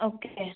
okay